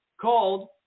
called